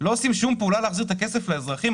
לא עושים שום פעולה להחזיר את הכסף לאזרחים?